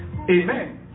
Amen